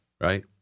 right